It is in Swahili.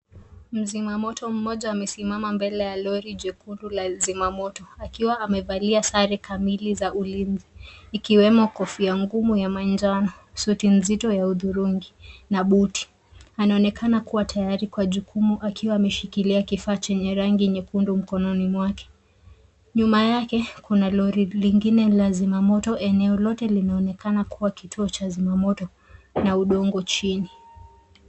Mzimamoto amesimama mbele ya lori jekundu la zimamoto akiwa amevalia sare kamili za ulinzi ikiwemo kofia ngumu ya manjano, suti nzito ya hudhurungi na buti. Anaonekana kuwa tayari kwa jukumu akiwa ameshikilia kifaa chenye rangi nyekundu mkononi mwake. Nyuma yake kuna lori lingine la zimamoto. Eneo lote linaonekana kuwa kituo cha zimamoto na udongo chini.